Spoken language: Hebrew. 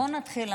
בוא נתחיל,